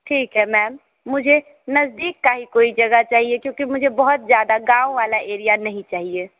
ठीक है मैम मुझे नज़दीक का ही कोई जगह चाहिए क्योंकि मुझे बहुत ज़्यादा गाँव वाला एरिया नहीं चाहिए